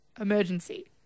emergency